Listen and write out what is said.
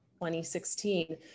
2016